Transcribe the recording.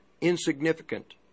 insignificant